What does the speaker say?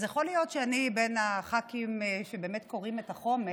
אז יכול להיות שאני בין הח"כים שבאמת קוראים את החומר